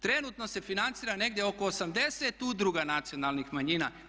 Trenutno se financira negdje oko 80 udruga nacionalnih manjina.